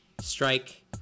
strike